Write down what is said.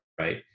Right